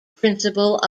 principle